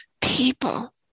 people